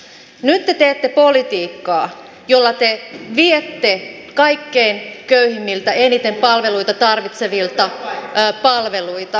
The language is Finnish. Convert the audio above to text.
nyt te teette politiikkaa jolla te viette kaikkein köyhimmiltä eniten palveluita tarvitsevilta palveluita